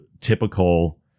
typical